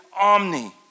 omni